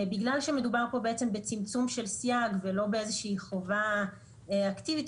בגלל שמדובר פה בעצם בצמצום של סייג ולא באיזושהי חובה אקטיבית,